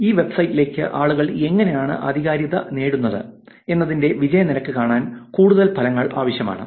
ഈ വെബ്സൈറ്റിലേക്ക് ആളുകൾ എങ്ങനെയാണ് ആധികാരികത നേടുന്നത് എന്നതിന്റെ വിജയ നിരക്ക് കാണാൻ കൂടുതൽ ഫലങ്ങൾ ആവശ്യമാണ്